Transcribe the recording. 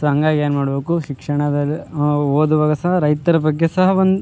so ಹಂಗಾಗಿ ಏನು ಮಾಡಬೇಕು ಶಿಕ್ಷಣದಲ್ಲಿ ನಾವು ಓದುವಾಗ ಸಹ ರೈತರ ಬಗ್ಗೆ ಸಹ ಒಂದು